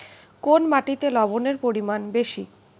কোন মাটিতে লবণের পরিমাণ বেশি?